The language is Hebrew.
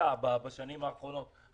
לתקן את ההפרשים האלה ספציפית.